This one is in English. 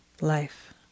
life